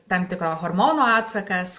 tam tikro hormono atsakas